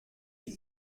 die